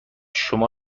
شما